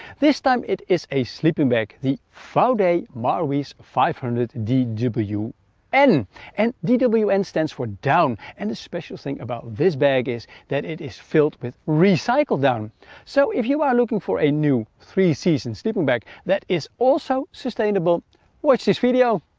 this time it is a sleeping bag the vaude marwees five hundred dwn and and dwn and stands for down and the special thing about this bag is that it is filled with recycled down so if you are looking for a new three season sleeping bag that is also sustainable watch this video!